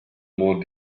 more